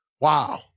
Wow